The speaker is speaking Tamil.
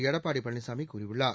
எடப்பாடி பழனிசாமி கூறியுள்ளார்